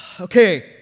Okay